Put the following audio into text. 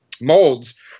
molds